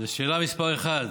לשאלה מס' 1,